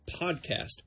Podcast